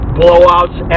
blowouts